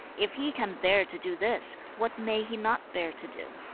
if he can bear to do this, what may he not bear to do